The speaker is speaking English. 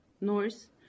north